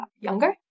younger